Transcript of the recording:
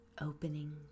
opening